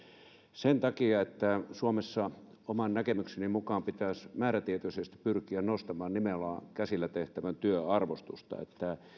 sen takia että suomessa oman näkemykseni mukaan pitäisi määrätietoisesti pyrkiä nostamaan nimenomaan käsillä tehtävän työn arvostusta